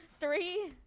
Three